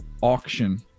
auction